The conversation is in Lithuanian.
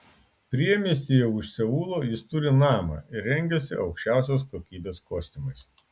priemiestyje už seulo jis turi namą ir rengiasi aukščiausios kokybės kostiumais